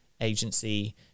agency